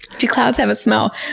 do clouds have a smell?